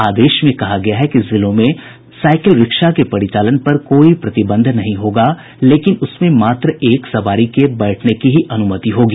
आदेश में कहा गया है कि जिलों में साइकिल रिक्शा के परिचालन पर कोई प्रतिबंध नहीं होगा लेकिन उसमें मात्र एक सवारी के बैठने की ही अनुमति होगी